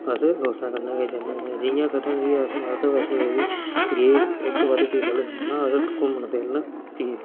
अस दोस्तें कन्नै गै जन्ने आं जि'यां कदें कि अस माता वैष्णो देवी गे इक बारी दी गल्ल सनान्ना अस घूमन फिरन